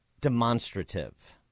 demonstrative